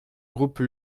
groupe